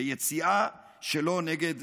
ביציאה שלו נגד